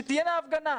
שתהיה הפגנה,